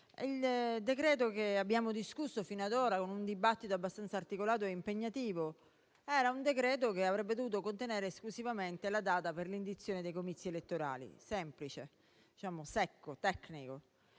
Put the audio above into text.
il decreto che abbiamo discusso fino ad ora, con un dibattito abbastanza articolato e impegnativo, avrebbe dovuto contenere esclusivamente la data per la indizione dei comizi elettorali: semplice, secco, tecnico.